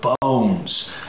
bones